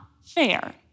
fair